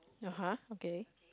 (uh huh) okay